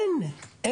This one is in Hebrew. אין.